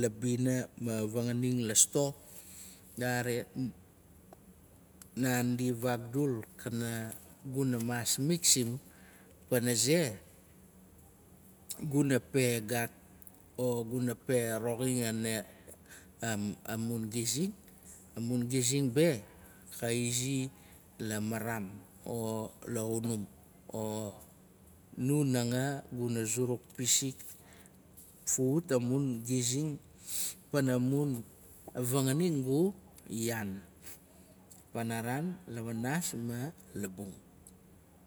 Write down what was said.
labina ma vanganing la sto, nare naandi vakdul. kana guna maas mi ksim. pana ze. guna pe gaat o guna pe roxin amun gizing. Amun gizing be, ka izila maraam, o la xunum. Nu nanga guna zuruk pizik fawut amun gizing pana mun vanganing gu yaan. Panaran. lawaanaas ma labung